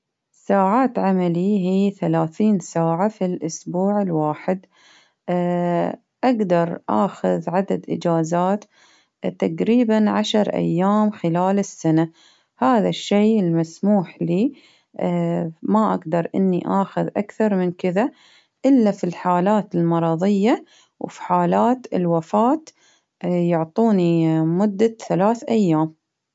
ساعات عملي هي ثلاثين ساعة في الإسبوع الواحد، أقدر آخذ عدد إجازات تقريبا عشر أيام خلال السنة، هذا الشي المسموح لي ما أقدر إني آخذ أكثر من كذا إلا في الحالات المرظية، وفي حالات الوفاة يعطوني مدة ثلاث أيام.